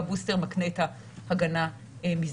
והבוסטר מקנה את ההגנה מזה.